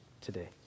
today